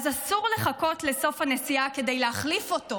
אסור לחכות לסוף הנסיעה כדי להחליף אותו.